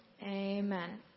Amen